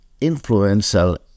influential